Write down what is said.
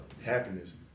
Happiness